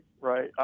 right